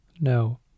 No